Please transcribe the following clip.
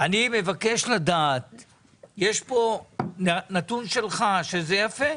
יש פה נתון שלך, שזה יפה.